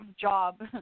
job